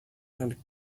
and